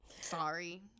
sorry